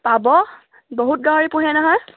পাব বহুত গাহৰি পোহে নহয়